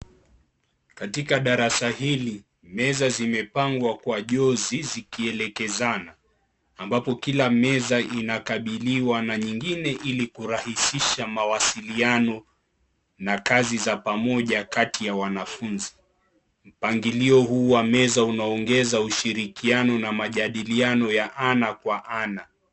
Katika darasa hili, meza zimepangwa kwa jozi zikielekezana ambapo kila meza inakabiliwa na nyingine ili kurahisisha mawasiliano na kazi za pamoja kati ya wanafunzi. Mpangilio huu wa meza unaongeza ushirikiano na majadiliano ya ana kwa ana.